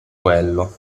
quello